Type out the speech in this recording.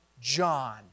John